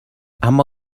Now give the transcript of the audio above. اما